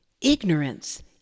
Ignorance